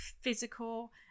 physical